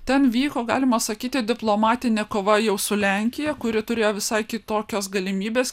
ten vyko galima sakyti diplomatinė kova jau su lenkija kuri turėjo visai kitokias galimybes